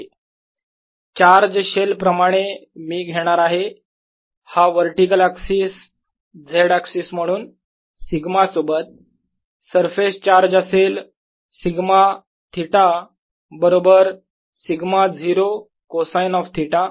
ArB Ar04πjr।r r।dV charge shell प्रमाणे मी घेणार आहे हा वर्टीकल एक्सिस z एक्सिस म्हणून σ सोबत सरफेस चार्ज असेल σ थिटा बरोबर σ0 कोसाईन ऑफ थिटा